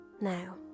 now